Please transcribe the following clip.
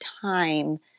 time